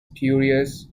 spurious